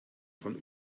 von